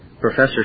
Professor